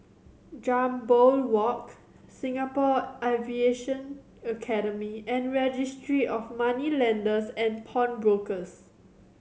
Jambol Walk Singapore Aviation Academy and Registry of Moneylenders and Pawnbrokers